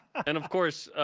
and of course,